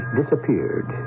disappeared